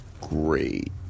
Great